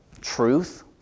truth